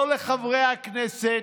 לא לחברי הכנסת.